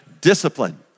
Discipline